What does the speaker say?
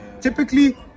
typically